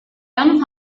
tan